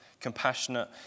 compassionate